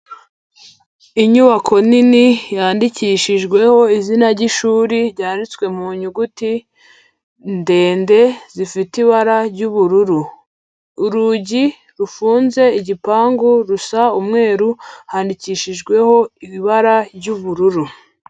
Inyubako nini yandikishijweho izina ry'ishuri ryanditswe mu nyuguti ndende zifite ibara ry'ubururu, urugi rufunze igipangu rusa umweru, handikishijweho ibara ry'ubururu.